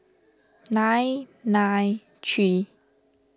nine nine three